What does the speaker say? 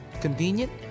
convenient